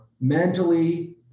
mentally